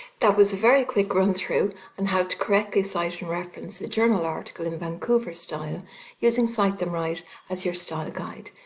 that was a very quick run through on and how to correctly cite and reference the journal article in vancouver style using cite them right as your style guide.